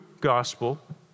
gospel